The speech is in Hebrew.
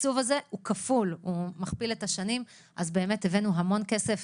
התקצוב הזה הוא כפול מספר השנים אז באמת הבאנו המון כסף.